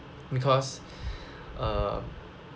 because uh